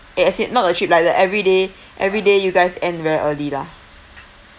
as it not a trip like the everyday everyday you guys end very early lah